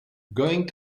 going